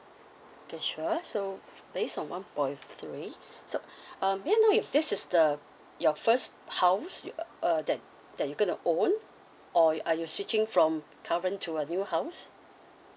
okay sure so based on one point three so um may I know if this is the your first house uh that that you gonna own or are you switching from current to a new house